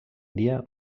dia